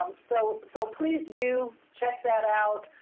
um so so please do check that out.